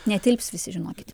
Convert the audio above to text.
netilps visi žinokit